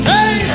Hey